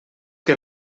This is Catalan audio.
que